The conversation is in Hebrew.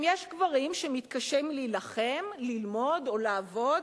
אם יש גברים שמתקשים להילחם, ללמוד או לעבוד